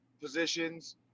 positions